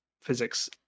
physics